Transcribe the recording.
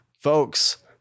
folks